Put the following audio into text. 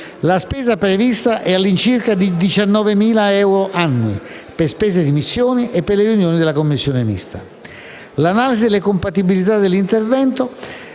La spesa prevista è di circa 19.000 euro annui, per spese di missione e per le riunioni della commissione mista. L'analisi delle compatibilità dell'intervento